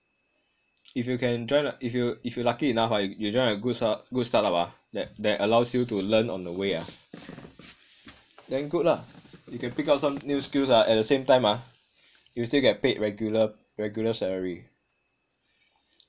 if you can join a if you if you lucky enough ah you join a good sta~ good startup ah that allows you to learn on the way ah then good lah you can pick up some new skills ah at the same time ah you still get paid regular regular salary